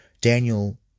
Daniel